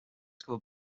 covered